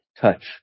touch